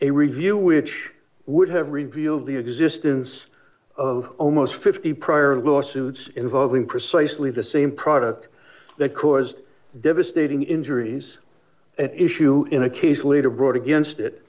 a review which would have revealed the existence of almost fifty prior lawsuits involving precisely the same product that caused devastating injuries and issue in a case later brought against it